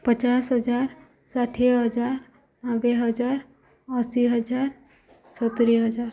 ପଚାଶ ହଜାର ଷାଠିଏ ହଜାର ନବେ ହଜାର ଅଶୀ ହଜାର ସତୁୁରୀ ହଜାର